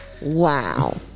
wow